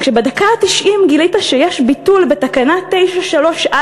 כשבדקה התשעים גילית שיש ביטול בתקנה 93א,